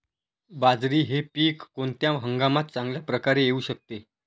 बाजरी हे पीक कोणत्या हंगामात चांगल्या प्रकारे येऊ शकते?